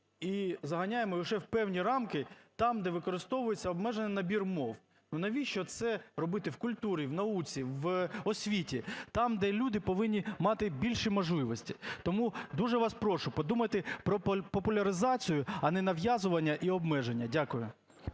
і заганяємо лише в певні рамки там, де використовується обмежений набір мов. Ну, навіщо це робити в культурі, в науці, в освіті – там, де люди повинні мати більші можливості? Тому дуже вас прошу, подумайте про популяризацію, а не нав'язування і обмеження. Дякую.